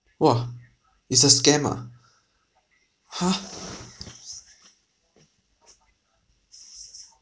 !wah! it's a scam ah !huh!